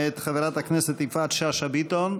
מאת חברת הכנסת יפעת שאשא ביטון.